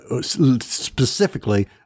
specifically